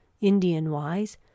Indian-wise